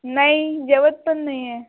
नाही जेवत पण नाही आहे